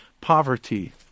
poverty